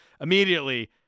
immediately